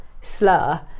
slur